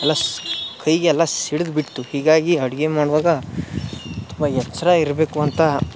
ಎಲ್ಲ ಕೈಗೆ ಎಲ್ಲ ಸಿಡಿದು ಬಿಡ್ತು ಹೀಗಾಗಿ ಅಡ್ಗೆ ಮಾಡುವಾಗ ತುಂಬ ಎಚ್ಚರ ಇರಬೇಕು ಅಂತ